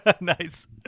Nice